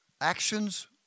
actions